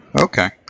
okay